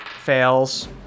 fails